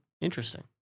Interesting